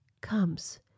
comes